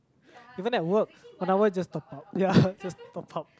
even at work one hour just top up ya just top up